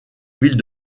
ville